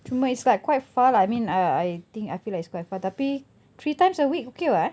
cuma it's like quite far lah I mean uh I think I feel like it's quite far tapi three times a week okay [what] ah